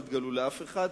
אל תגלו לאף אחד,